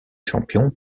champions